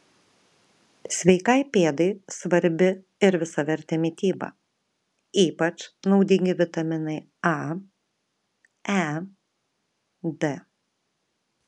sveikai pėdai svarbi ir visavertė mityba ypač naudingi vitaminai a e d